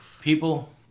people